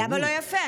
למה לא יפה?